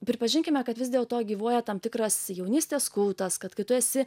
pripažinkime kad vis dėl to gyvuoja tam tikras jaunystės kultas kad kai tu esi